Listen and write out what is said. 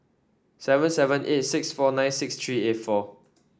seven seven eight six four nine six three eight four